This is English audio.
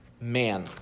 man